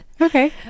Okay